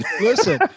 Listen